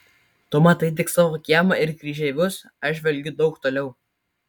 tu matai tik savo kiemą ir kryžeivius aš žvelgiu daug toliau